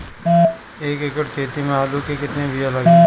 एक एकड़ खेती में आलू के कितनी विया लागी?